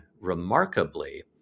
remarkably